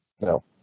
No